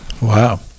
wow